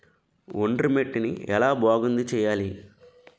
ఒండ్రు మట్టిని ఎలా బాగుంది చేయాలి?